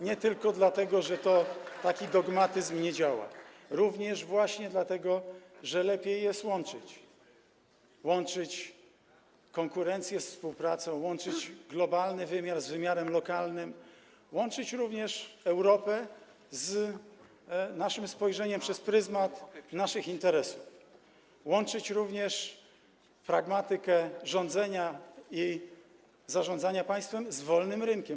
Nie tylko dlatego, że taki dogmatyzm nie działa, ale właśnie dlatego, że lepiej jest łączyć - łączyć konkurencję ze współpracą, łączyć globalny wymiar z wymiarem lokalnym, łączyć Europę z naszym spojrzeniem, przez pryzmat naszych interesów, łączyć również pragmatykę rządzenia i zarządzania państwem z wolnym rynkiem.